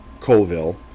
Colville